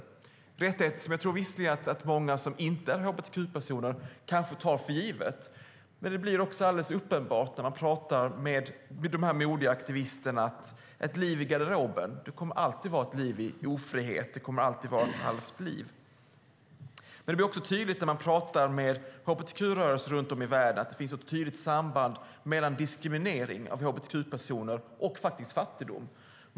Det är rättigheter som jag tror att många som inte är hbtq-personer kanske tar för givet. Det blir också alldeles uppenbart när man talar med dessa modiga aktivister att ett liv i garderoben alltid kommer att vara ett liv i ofrihet och ett halvt liv. Det blir också tydligt när man talar med hbtq-rörelser runt om i världen att det finns ett tydligt samband mellan diskriminering av hbtq-personer och fattigdom.